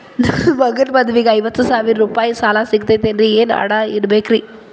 ನನ್ನ ಮಗನ ಮದುವಿಗೆ ಐವತ್ತು ಸಾವಿರ ರೂಪಾಯಿ ಸಾಲ ಸಿಗತೈತೇನ್ರೇ ಏನ್ ಅಡ ಇಡಬೇಕ್ರಿ?